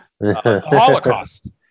Holocaust